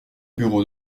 bureau